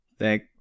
Thank